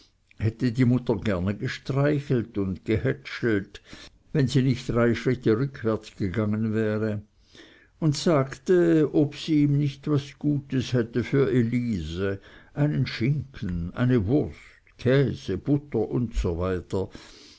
hätte die mutter gerne gestreichelt und gehätschelt wenn sie nicht drei schritte rückwärts gegangen wäre und sagte ob sie ihm nicht was gutes hätte für elise einen schinken eine wurst käse butter usw